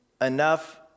enough